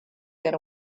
get